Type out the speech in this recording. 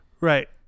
Right